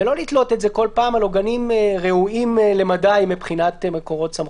ולא לתלות את זה כל פעם על עוגנים רעועים למדי מבחינת מקורות סמכות?